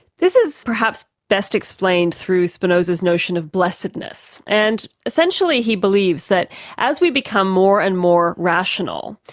this is perhaps best explained through spinoza's notion of blessedness and essentially he believes that as we become more and more rational,